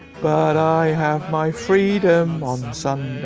but i have my freedom on ah sunday